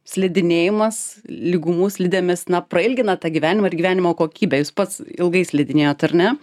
slidinėjimas lygumų slidėmis na prailgina tą gyvenimą ir gyvenimo kokybę jūs pats ilgai slidinėjot ar ne